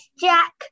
Jack